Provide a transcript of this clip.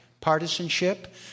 partisanship